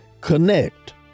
connect